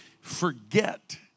forget